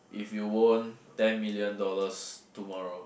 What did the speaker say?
if you won ten million dollars tomorrow